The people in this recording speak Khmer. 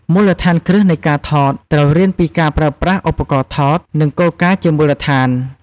មូលដ្ឋានគ្រឹះនៃការថត ត្រូវរៀនពីការប្រើប្រាស់ឧបករណ៍ថត និងគោលការណ៍ជាមូលដ្ឋាន។